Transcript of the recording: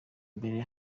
mbere